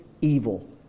evil